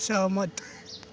सहमत